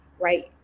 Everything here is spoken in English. Right